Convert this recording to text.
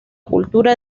cultura